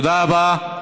תודה רבה.